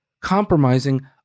compromising